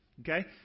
Okay